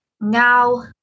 now